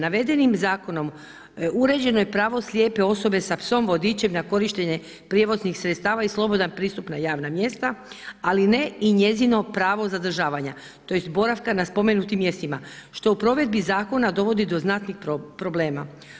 Navedenim zakonom, uređeno je pravo slijepe osobe sa psom, vodičem, na korištenje prijevoznih sredstava i slobodan pristup na javna mjesta, ali ne i njezino prava zadržavanja, tj. boravka na spomenutim mjestima, što u provedbi zakona, dovodi do znatnih problema.